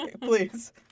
please